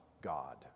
God